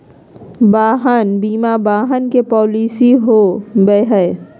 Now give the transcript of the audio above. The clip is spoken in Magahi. वाहन बीमा वाहन के पॉलिसी हो बैय हइ